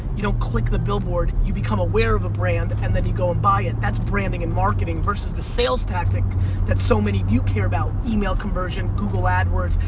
you don't click the billboard, you become aware of a brand and then you go and buy it. that's branding and marketing versus the sales tactic that so many of you care about, email conversion, google adwords,